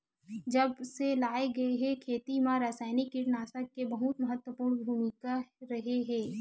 जब से लाए गए हे, खेती मा रासायनिक कीटनाशक के बहुत महत्वपूर्ण भूमिका रहे हे